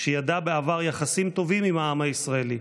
שידע בעבר יחסים טובים עם העם הישראלי,